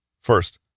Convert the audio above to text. First